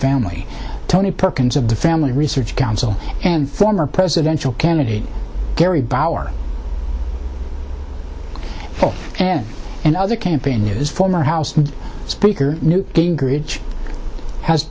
family tony perkins of the family research council and former presidential candidate gary bauer and in other campaign news former house speaker newt gingrich has